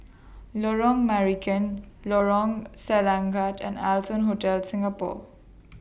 Lorong Marican Lorong Selangat and Allson Hotel Singapore